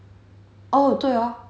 oh 对 hor